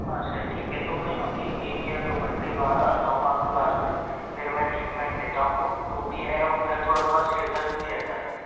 हाँ सर ठीक है तो मैं एक या दो घंटे बाद आता हूँ आपके पास में फिर मैं ट्रीटमेंट लेता हूँ जो भी है मेरा थोड़ा थोड़ा सिरदर्द भी रहता है